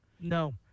No